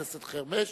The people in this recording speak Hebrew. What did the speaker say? חבר הכנסת חרמש,